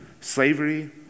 slavery